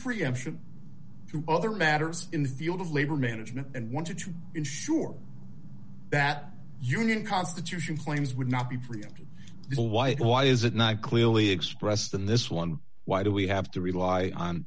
preemption to other matters in the field of labor management and wanted to ensure that union constitution claims would not be preempted the all white why is it not clearly expressed in this one why do we have to rely on